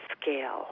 scale